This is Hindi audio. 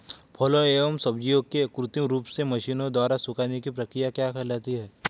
फलों एवं सब्जियों के कृत्रिम रूप से मशीनों द्वारा सुखाने की क्रिया क्या कहलाती है?